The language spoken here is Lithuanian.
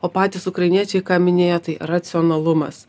o patys ukrainiečiai ką minėjo tai racionalumas